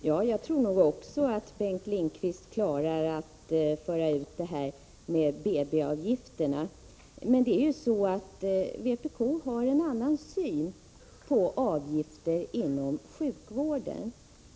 Herr talman! Jag tror att Bengt Lindqvist klarar att föra ut det här med BB-avgifterna. Vpk har emellertid en annan syn på avgifter inom sjukvården.